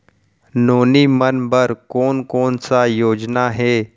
नोनी मन बर कोन कोन स योजना हे?